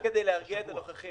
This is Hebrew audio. רק כדי להרגיע את הנוכחים,